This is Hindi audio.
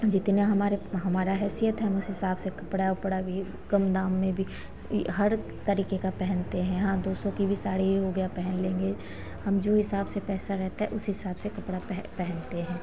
जितना हमारे हमारा हैसियत है हम उसी हिसाब से कपड़ा उपड़ा भी कम दाम में भी हर तरीके का पहनते हैं हाँ दूसरों की भी साड़ी हो गया पहन लेंगे हम जो हिसाब से पैसा रहता है उस हिसाब से कपड़ा पह पहनते हैं